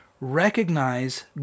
recognize